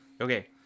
okay